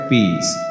Peace